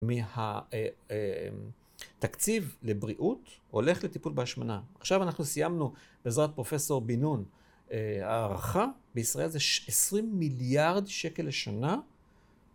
מהתקציב לבריאות הולך לטיפול בהשמנה. עכשיו אנחנו סיימנו בעזרת פרופסור בן נון הערכה בישראל זה עשרים מיליארד שקל לשנה